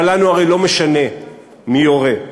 אבל לנו הרי לא משנה מי יורה,